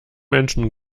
menschen